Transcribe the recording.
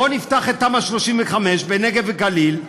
בואו נפתח את תמ"א 35 בנגב וגליל,